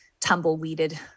tumbleweeded